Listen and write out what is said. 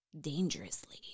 dangerously